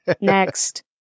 next